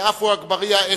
ועפו אגבאריה,